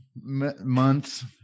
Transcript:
months